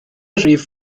rif